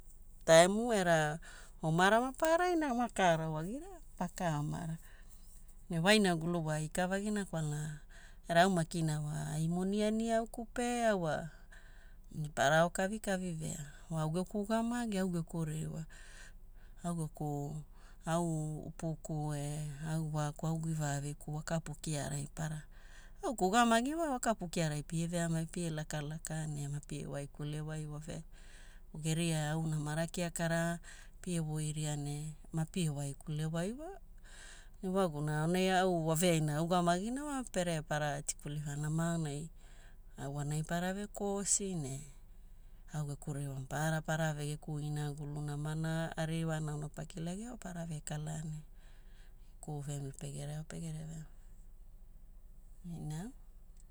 Taimu era omara mapararai na oma kaara wagira, paka omara. Ne wainagulu wa ikavagina kwalana era au makina wa ai moni ani auku pe au wa para ao kavikavi vea. Wa au geku ugamagi, au geku ririwa, au geku au upuku e au waaku au givaaviku wa kapu kiaarai para. Au geku ugamagi wa wakapu kiaarai pie veamai pie lakalaka ne mapie waikule wai waveaina. Geria au namara kiakara pie voiria ne mapie waikulewai wa. Ewaguna aonai au waveaina augamagina wa pere para tikuli namanama aonai au wanai parave kosi ne au geku ririwa maparara parave geku inagulu namana aririwana auna pakilagia wa parave kala ne geku family pegere ao pegere veamai.